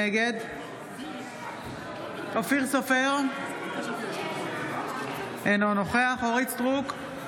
נגד אופיר סופר, אינו נוכח אורית מלכה סטרוק,